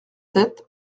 sept